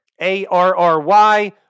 A-R-R-Y